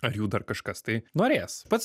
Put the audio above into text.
ar jų dar kažkas tai norės pats